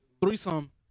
Threesome